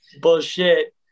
Bullshit